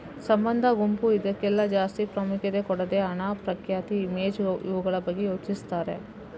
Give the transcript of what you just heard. ಸಂಬಂಧ, ಗುಂಪು ಇದ್ಕೆಲ್ಲ ಜಾಸ್ತಿ ಪ್ರಾಮುಖ್ಯತೆ ಕೊಡದೆ ಹಣ, ಪ್ರಖ್ಯಾತಿ, ಇಮೇಜ್ ಇವುಗಳ ಬಗ್ಗೆ ಯೋಚಿಸ್ತಾರೆ